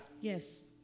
Yes